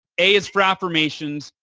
a is for affirmations,